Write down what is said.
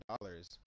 dollars